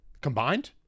Combined